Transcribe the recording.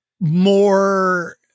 more